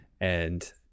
And-